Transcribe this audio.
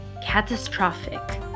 catastrophic